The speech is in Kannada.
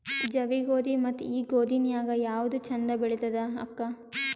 ಜವಿ ಗೋಧಿ ಮತ್ತ ಈ ಗೋಧಿ ನ್ಯಾಗ ಯಾವ್ದು ಛಂದ ಬೆಳಿತದ ಅಕ್ಕಾ?